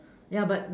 ya but we